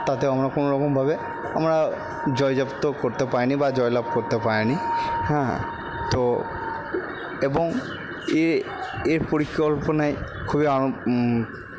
তাতে আমরা কোনো রকমভাবে আমরা জয়যক্ত করতে পারি নি বা জয়লাভ করতে পারি নি হ্যাঁ তো এবং এর পরিকল্পনায় খুবই